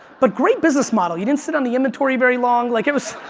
but great business model, you didn't sit on the inventory very long, like it was.